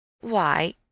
Why